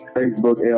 facebook